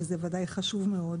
וזה ודאי חשוב מאוד.